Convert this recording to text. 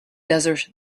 desert